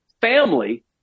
family